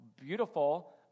beautiful